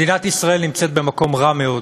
מדינת ישראל נמצאת במקם רע מאוד,